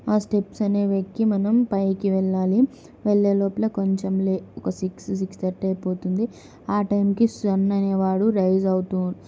ఆ స్టెప్స్ అనేవి ఎక్కి మనం పైకి వెళ్ళాలి వెళ్ళే లోపల కొంచెం లే ఒక సిక్స్ సిక్స్ థర్టీ అయిపోతుంది ఆ టైంకి సన్ అనేవాడు రైజ్ అవుతూ